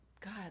god